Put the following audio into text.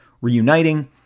reuniting